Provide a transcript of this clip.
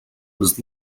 was